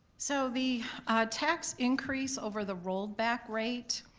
so the tax increase over the rolled-back rate